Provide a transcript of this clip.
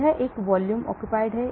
यह एक volume occupied है